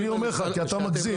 כי אתה מגזים,